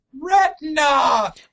retina